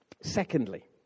Secondly